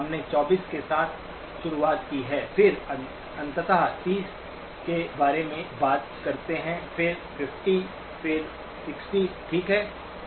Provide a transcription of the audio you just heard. हमने 24 के साथ शुरुआत की है फिर अंततः 30 के बारे में बात करते हैं फिर 50 फिर 60 ठीक है